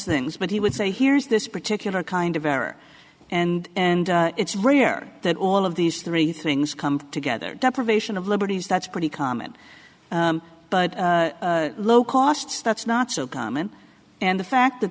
things but he would say here's this particular kind of error and and it's rare that all of these three things come together deprivation of liberties that's pretty common but low costs that's not so common and the fact that